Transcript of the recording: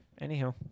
Anyhow